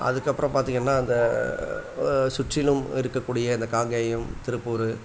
அதுக்கப்புறம் பார்த்தீங்கன்னா அந்த சுற்றிலும் இருக்கக்கூடிய அந்த காங்கேயம் திருப்பூர்